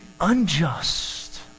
unjust